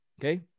Okay